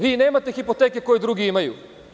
Vi nemate hipoteke koje drugi imaju.